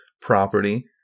property